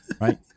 right